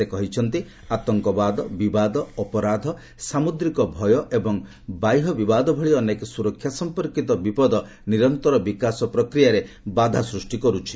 ସେ କହିଛନ୍ତି ଆତଙ୍କବାଦ ବିବାଦ ଅପରାଧ ସାମୁଦ୍ରିକ ଭୟ ଏବଂ ବାହ୍ୟ ବିବାଦ ଭଳି ଅନେକ ସୁରକ୍ଷା ସମ୍ପର୍କିତ ବିପଦ ନିରନ୍ତର ବିକାଶ ପ୍ରକ୍ରିୟାରେ ବାଧା ସୃଷ୍ଟି କରୁଛି